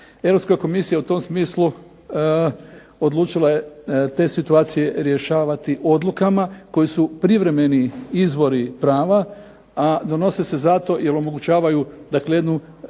Europska Komisija u tom smislu odlučila je te situacije rješavati odlukama, koji su privremeni izvori prava, a donose se zato jer omogućavaju dakle jednu